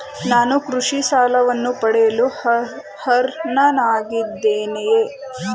ನಾನು ಕೃಷಿ ಸಾಲವನ್ನು ಪಡೆಯಲು ಅರ್ಹನಾಗಿದ್ದೇನೆಯೇ?